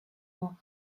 more